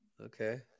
Okay